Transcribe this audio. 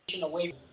away